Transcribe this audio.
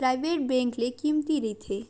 private bank ले कमती रहिथे